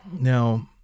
Now